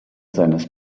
seines